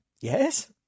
Yes